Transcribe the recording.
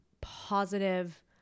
positive